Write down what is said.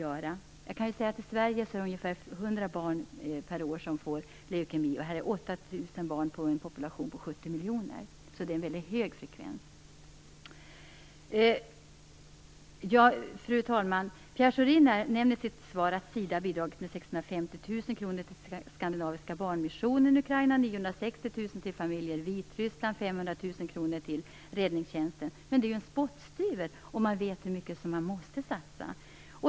Men jag kan nämna att det i Sverige är ungefär 100 barn per år som får leukemi, medan det i 70 miljoner. Det är en mycket hög frekvens. Pierre Schori nämnde i sitt svar att SIDA bidragit med 650 000 kr till Skandinaviska barnmissionen i Ukraina, med 960 000 kr till familjer i Vitryssland och med 500 000 kr till räddningstjänsten. Men detta är ju en spottstyver, när man vet hur mycket man måste satsa.